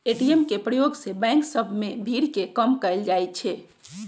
ATM के प्रयोग से बैंक सभ में भीड़ के कम कएल जाइ छै